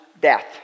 death